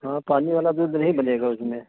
हाँ पानी वाला दूध नहीं बनेगा उसमें